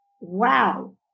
wow